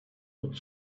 but